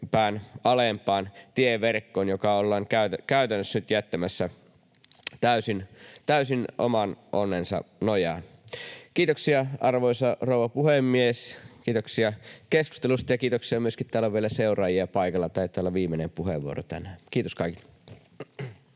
alempaan tieverkkoon, joka ollaan käytännössä nyt jättämässä täysin oman onnensa nojaan. Kiitoksia, arvoisa rouva puhemies, kiitoksia keskustelusta ja kiitoksia myöskin tänne. Täällä on vielä seuraajia paikalla. Taitaa olla viimeinen puheenvuoro tänään. — Kiitos kaikille.